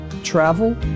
travel